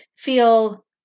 Feel